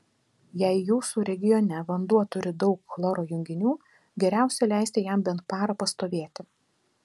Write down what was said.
jei jūsų regione vanduo turi daug chloro junginių geriausia leisti jam bent parą pastovėti